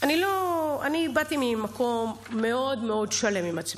אני באתי ממקום מאוד מאוד שלם עם עצמי.